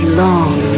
long